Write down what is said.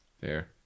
Fair